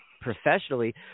professionally